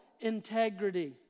integrity